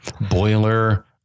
boiler